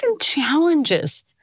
challenges